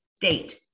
date